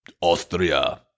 Austria